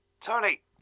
Tony